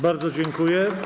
Bardzo dziękuję.